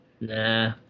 Nah